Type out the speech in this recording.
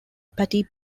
patti